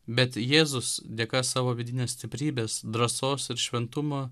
bet jėzus dėka savo vidinės stiprybės drąsos ir šventumo